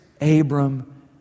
Abram